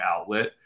outlet